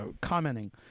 commenting